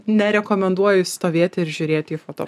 nerekomenduoju stovėti ir žiūrėti į foto